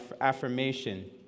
affirmation